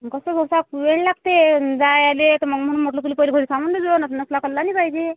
कसाबसा वेळ लागते जायाले तर मंग म्हटलं तुला पयले पयले सांगून दे नसला कल्ला नय पायजे